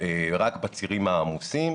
רק בצירים העמוסים,